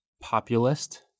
populist